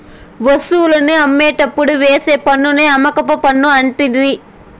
వస్తువుల్ని అమ్మేటప్పుడు వేసే పన్నుని అమ్మకం పన్ను అంటిరి